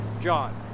john